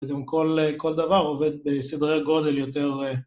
קודם כל, כל דבר עובד בסדרי הגודל יותר...